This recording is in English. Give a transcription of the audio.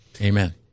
Amen